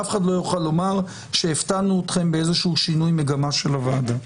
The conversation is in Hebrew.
אף אחד לא יוכל לומר שהפתענו אתכם בשינוי מגמה של הוועדה.